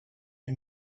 mit